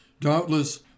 Doubtless